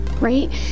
right